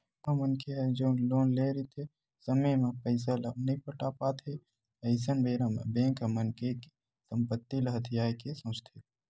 कोनो मनखे ह जउन लोन लेए रहिथे समे म पइसा ल नइ पटा पात हे अइसन बेरा म बेंक ह मनखे के संपत्ति ल हथियाये के सोचथे